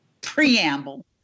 preamble